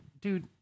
Dude